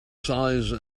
size